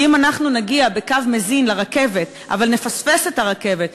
כי אם אנחנו נגיע בקו מזין לרכבת אבל נפספס את הרכבת,